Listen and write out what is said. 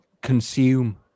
consume